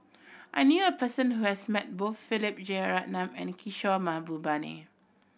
I knew a person who has met both Philip Jeyaretnam and Kishore Mahbubani